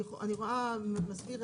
שי סומך מזכיר